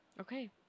Okay